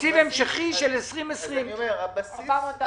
תקציב המשכי של 2020. הבסיס